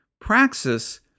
Praxis